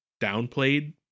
downplayed